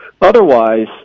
otherwise